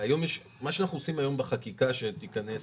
מה שאנחנו עושים היום בחקיקה שתיכנס